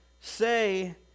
say